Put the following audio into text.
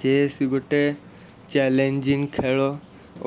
chess ଗୋଟେ challenging ଖେଳ